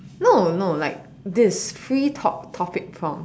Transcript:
no no like this free top~ topic prompt